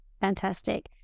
Fantastic